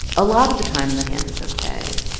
a lot of the time, the hand was ok.